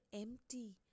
empty